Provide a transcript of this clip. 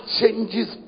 changes